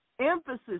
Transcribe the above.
Emphasis